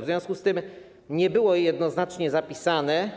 W związku z tym nie było jednoznacznie zapisane,